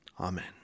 Amen